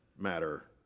matter